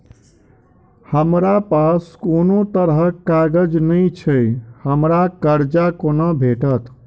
हमरा पास कोनो तरहक कागज नहि छैक हमरा कर्जा कोना भेटत?